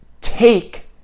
take